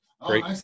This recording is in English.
great